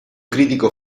crítico